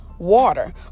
water